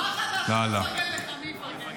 אם לא תפרגן לך, מי יפרגן?